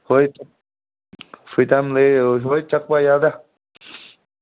ꯍꯣꯏ free time ꯂꯩꯑꯦ ꯍꯣꯏ ꯆꯠꯄ ꯌꯥꯗꯦ